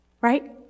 right